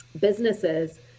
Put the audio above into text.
businesses